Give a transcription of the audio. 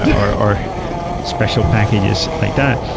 or or special packages like that.